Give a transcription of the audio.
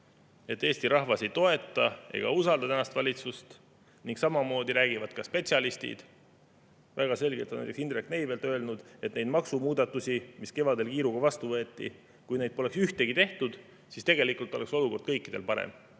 et Eesti rahvas ei toeta ega usalda tänast valitsust, samamoodi räägivad ka spetsialistid. Väga selgelt on näiteks Indrek Neivelt öelnud, et kui neid maksumuudatusi, mis kevadel kiiruga vastu võeti, poleks ühtegi tehtud, siis tegelikult oleks olukord kõikidel parem